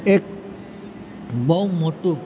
એક બહુ મોટું